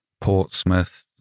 Portsmouth